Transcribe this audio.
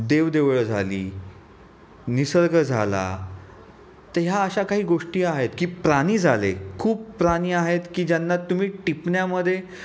देवदेवळं झाली निसर्ग झाला तर ह्या अशा काही गोष्टी आहेत की प्राणी झाले खूप प्राणी आहेत की ज्यांना तुम्ही टिपण्यामध्ये